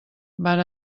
van